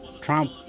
Trump